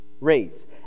race